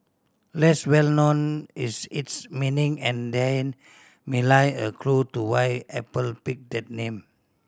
less well known is its meaning and therein may lie a clue to why Apple picked that name